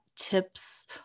tips